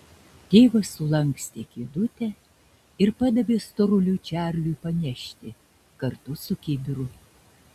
tėvas sulankstė kėdutę ir padavė storuliui čarliui panešti kartu su kibiru